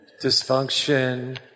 Dysfunction